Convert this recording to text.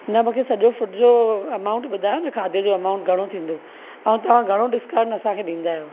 न मूंखे सजो॒ फूड जो अमाउंट ॿुधायो न खाधे जो अमाउंट घणो थींदो ऐं तव्हां घणो डिस्काउंट असांखे डीं॒दा आहियो